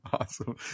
awesome